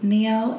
Neo